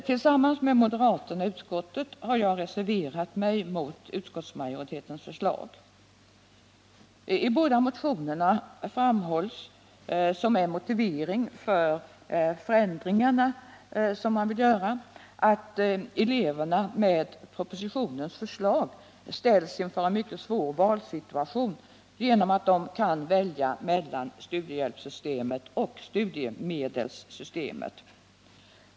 Tillsammans med moderaterna i utskottet har jag reserverat mig mot utskottsmajoritetens förslag. I båda motionerna framhålls som en motivering för de önskade ändringarna att eleverna med propositionens förslag ställs inför en mycket svår valsituation, eftersom de kan välja mellan studiehjälpssystemet och studiemedelssystemet.